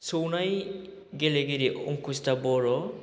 सौनाय गेलेगिरि अंकुसिता बर'